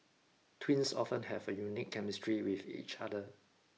twins often have a unique chemistry with each other